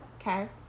Okay